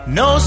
no